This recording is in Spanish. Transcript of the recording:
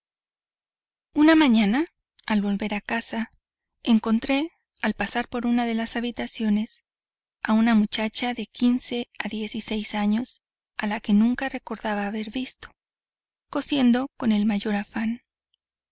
una mañana al volver a casa encontré al pasar por una de las habitaciones a una muchacha de quince a diez y seis años a la que nunca recordaba haber visto cosiendo con el mayor afán